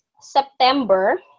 September